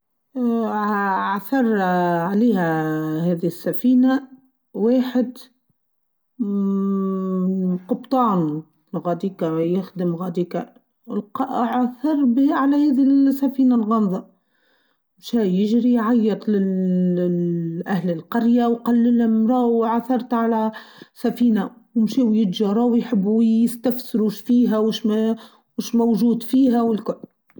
عثر عليها هاذي السفينه واحد قبطان غاديكا يخدم غاديكا عثر على هاذي السفينه الغامضه جاي يجري يعيط لللل أهل القرية و قل ل مراو عثرت على سفينه و يمشي و يجاراو و يحبو و يستفسرو شفيها و ش موجود فيها.